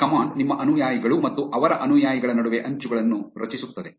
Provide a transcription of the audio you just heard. ಈ ಕಮಾಂಡ್ ನಿಮ್ಮ ಅನುಯಾಯಿಗಳು ಮತ್ತು ಅವರ ಅನುಯಾಯಿಗಳ ನಡುವೆ ಅಂಚುಗಳನ್ನು ರಚಿಸುತ್ತದೆ